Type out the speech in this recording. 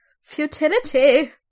Futility